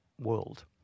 world